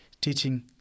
teaching